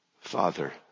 Father